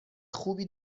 خوبی